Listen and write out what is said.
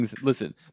Listen